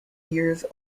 years